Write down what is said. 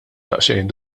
daqsxejn